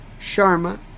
Sharma